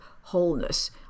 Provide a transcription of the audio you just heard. wholeness